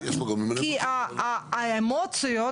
כי האמוציות